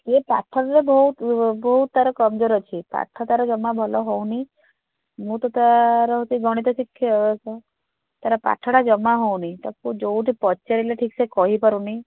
ସିଏ ପାଠରେ ବହୁତ୍ ବହୁତ୍ ତାର କମ୍ଜୋର ଅଛି ପାଠ ତାର ଜମା ଭଲ ହେଉନି ମୁଁ ତ ତାର ହେଉଛି ଗଣିତ ଶିକ୍ଷକ ତାର ପାଠଟା ଜମା ହେଉନି ତାକୁ ଯେଉଁଠି ପଚାରିଲେ ଠିକ୍ ସେ କହି ପାରୁନି